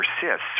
persists